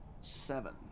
seven